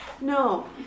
No